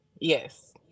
Yes